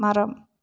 மரம்